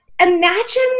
imagine